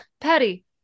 Patty